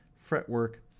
Fretwork